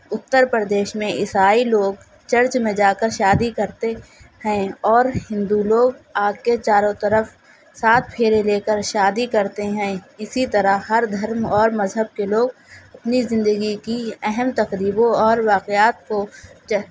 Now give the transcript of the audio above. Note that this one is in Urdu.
اتّر پردیش میں عیسائی لوگ چرچ میں جا کر شادی کرتے ہیں اور ہندو لوگ آگ کے چاروں طرف سات پھیرے لے کر شادی کرتے ہیں اسی طرح ہر دھرم اور مذہب کے لوگ اپنی زندگی کی اہم تقریبوں اور واقعات کو